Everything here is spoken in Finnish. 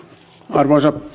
arvoisa